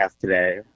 today